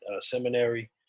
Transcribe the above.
seminary